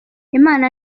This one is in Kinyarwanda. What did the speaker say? imana